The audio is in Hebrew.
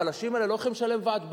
החלשים האלה לא יכולים לשלם לוועד הבית.